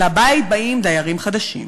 אל הבית באים דיירים חדשים.